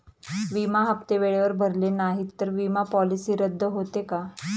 विमा हप्ते वेळेवर भरले नाहीत, तर विमा पॉलिसी रद्द होते का?